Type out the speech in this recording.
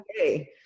okay